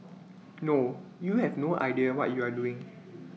no you have no idea what you are doing